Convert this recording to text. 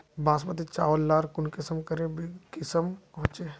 बासमती चावल लार कुंसम करे किसम होचए?